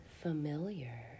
familiar